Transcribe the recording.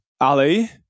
ali